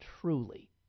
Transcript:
truly